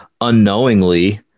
unknowingly